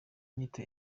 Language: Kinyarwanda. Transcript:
inyito